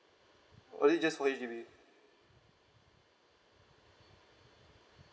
or it just for H_D_B